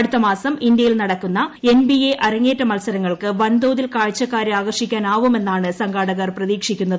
അടുത്ത മാസം ഇന്ത്യയിൽ നടക്കുന്ന എൻബിഎ അരങ്ങേറ്റ മത്സരങ്ങൾക്ക് വൻ തോതിൽ കാഴ്ചക്കാരെ ആകർഷിക്കാനാവുമെന്നാണ് സംഘാടകർ പ്രതീക്ഷിക്കുന്നത്